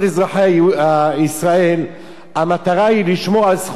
המטרה היא "לשמור על זכויותיהם המוכרות על-פי משפט העמים"